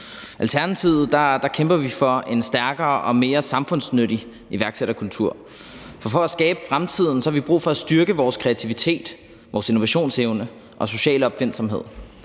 I Alternativet kæmper vi for en stærkere og mere samfundsnyttig iværksætterkultur, for for at skabe fremtiden har vi brug for at styrke vores kreativitet, vores innovationsevne og sociale opfindsomhed.